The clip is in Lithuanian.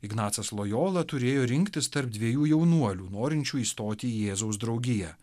ignacas lojola turėjo rinktis tarp dviejų jaunuolių norinčių įstoti į jėzaus draugiją